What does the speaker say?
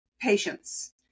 patience